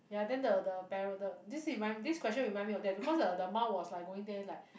ya then the the parent the this remind this question remind me of them because the mum was going there like